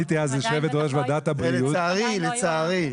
לצערי.